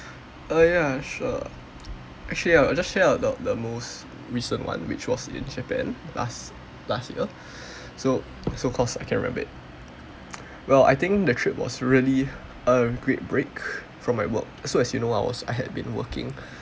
oh ya sure actually I I'll just share about the most recent one which was in Japan last last year so so cause I can remember it well I think the trip was really a great break from my work so as you know I was I had been working